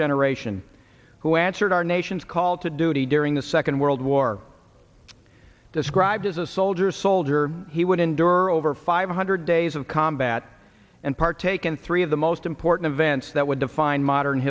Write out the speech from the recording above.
generation who answered our nation's call to duty during the second world war described as a soldier's soldier he would endure over five hundred days of combat and partaken three of the most important events that would define modern